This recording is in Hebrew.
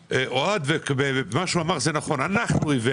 אנחנו,